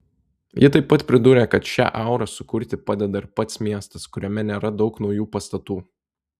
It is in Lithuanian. ji taip pat pridūrė kad šią aurą sukurti padeda ir pats miestas kuriame nėra daug naujų pastatų